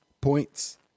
points